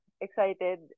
excited